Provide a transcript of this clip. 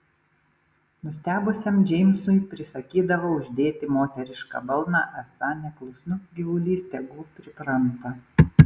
nustebusiam džeimsui prisakydavo uždėti moterišką balną esą neklusnus gyvulys tegu pripranta